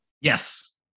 Yes